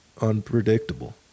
unpredictable